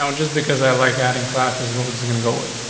um just because i like adding classes. what was was gonna go with, ah,